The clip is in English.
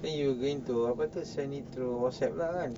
then you going to apa tu send it through WhatsApp lah kan